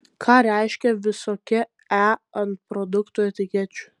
ką reiškia visokie e ant produktų etikečių